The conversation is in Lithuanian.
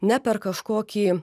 ne per kažkokį